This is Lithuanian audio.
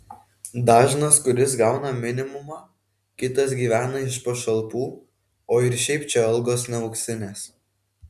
dažnas kuris gauna minimumą kitas gyvena iš pašalpų o ir šiaip čia algos ne auksinės